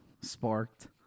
sparked